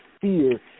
fear